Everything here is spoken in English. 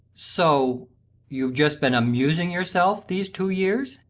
so you've just been amusing yourself these two years?